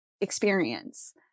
experience